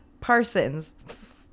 Parsons